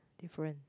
different